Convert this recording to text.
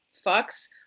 fucks